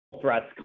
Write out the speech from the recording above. threats